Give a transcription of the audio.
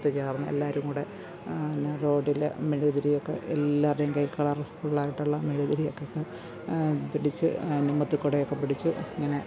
ഒത്തുചേർന്ന് എല്ലാവരുംകൂടെ എന്നാ റോഡില് മെഴുകുതിരിയൊക്കെ എല്ലാവരുടെയും കൈയ്യിൽ കളർഫുള്ളായിട്ടുള്ള മെഴുകുതിരിയൊക്കെ പിടിച്ച് മുമ്പത്ത് കൊടയൊക്കെപ്പിടിച്ച് ഇങ്ങനെ